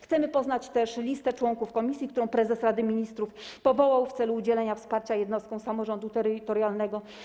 Chcemy poznać listę członków komisji, którą prezes Rady Ministrów powołał w celu udzielenia wsparcia jednostkom samorządu terytorialnego.